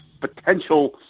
potential